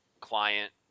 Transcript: client